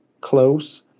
close